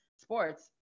sports